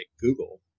Google